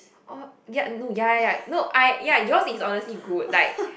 oh ya no ya ya ya no I yours is honestly good like